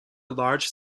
large